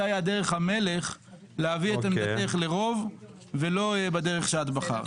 זה היה דרך המלך להביא את עמדתך לרוב ולא בדרך שאת בחרת.